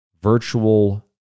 virtual